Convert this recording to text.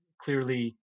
clearly